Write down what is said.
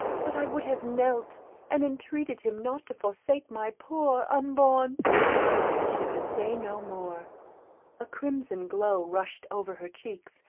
but i would have knelt and entreated him not to forsake my poor unborn she could say no more a crimson glow rushed over her cheeks,